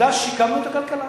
עובדה ששיקמנו את הכלכלה.